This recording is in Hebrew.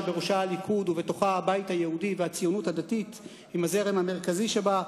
שבראשה הליכוד ובתוכה הבית היהודי והציונות הדתית עם הזרם המרכזי שבה,